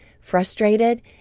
frustrated